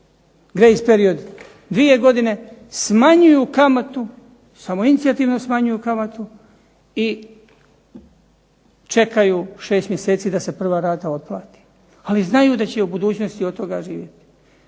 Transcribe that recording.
grace period dvije godine, samoinicijativno smanjuju kamatu i čekaju 6 mjeseci da se prva rata otplati. Ali znaju da će u budućnosti od toga živjeti.